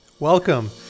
Welcome